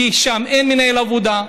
כי אין שם מנהל עבודה,